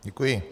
Děkuji.